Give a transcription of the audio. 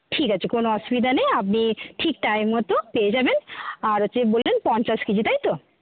ঠিক আছে কোনো অসুবিধা নেই আপনি ঠিক টাইম মতো পেয়ে যাবেন আর হচ্ছে বললেন পঞ্চাশ কেজি তাই তো